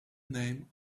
name